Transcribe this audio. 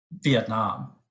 Vietnam